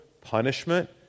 punishment